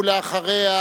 אחריה,